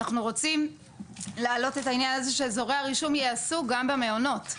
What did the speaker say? אנחנו רוצים להעלות את העניין הזה שאזורי הרישום ייעשו גם במעונות,